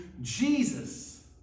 Jesus